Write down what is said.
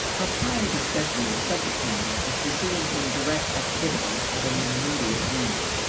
our prior discussion of subject-matter as proceeding from direct activity having an immediate aim,